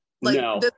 No